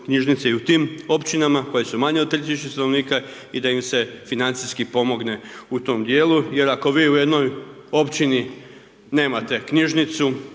knjižnice i u tim općinama koje su manje od 3000 stanovnika i da im se financijski pomogle u tom dijelu jer ako vi u jednoj općini nemate knjižnicu,